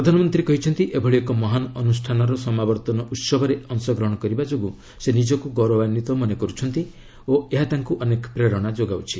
ପ୍ରଧାନମନ୍ତ୍ରୀ କହିଛନ୍ତି ଏଭଳି ଏକ ମହାନ ଅନ୍ତର୍ଷାନର ସମାବର୍ତ୍ତନ ଉତ୍ସବରେ ଅଂଶଗ୍ରହଣ କରିବା ଯୋଗୁଁ ସେ ନିଜକୁ ଗୌରବାନ୍ୱିତ ମନେକର୍ତ୍ତି ଓ ଏହା ତାଙ୍କ ଅନେକ ପ୍ରେରଣା ଯୋଗାଇବ